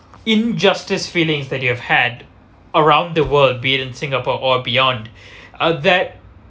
injustice feelings that you've had around the world be in singapore or beyond uh that